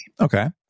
Okay